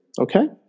Okay